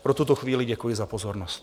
Pro tuto chvíli děkuji za pozornost.